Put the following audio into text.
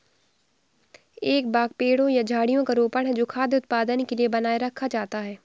एक बाग पेड़ों या झाड़ियों का रोपण है जो खाद्य उत्पादन के लिए बनाए रखा जाता है